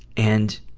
and,